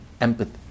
empathy